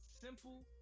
simple